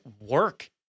work